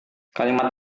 kalimat